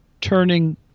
turning